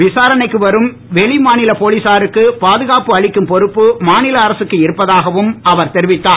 விசாரணைக்கு வரும் வெளிமாநில போலீசாருக்கு பாதுகாப்பு அளிக்கும் பொறுப்பு மாநில அரசுக்கு இருப்பதாகவும் அவர் தெரிவித்தார்